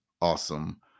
awesome